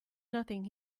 nothing